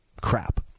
Crap